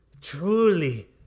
truly